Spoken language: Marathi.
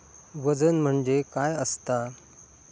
वजन म्हणजे काय असता?